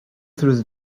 through